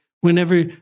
Whenever